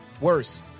Worse